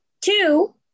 two